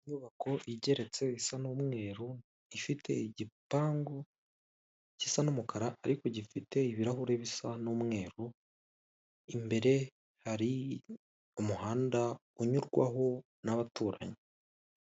Inyubako igeretse gisa n'umweru ifite igipangu gisa n'umukara ariko gifite ibirahure bisa n'umweru, imbere hari umuhanda unyurwaho n'abaturanyi.